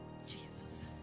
Jesus